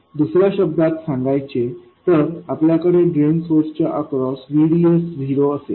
तर दुसऱ्या शब्दात सांगायचे तर आमच्याकडे ड्रेन सोर्स च्या अक्रॉस VDS0असेल